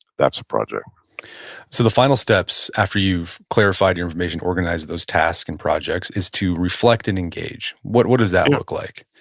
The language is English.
that's a project so the final steps after you've clarified your mission, organized those tasks and projects is to reflect and engage, what what does that look like?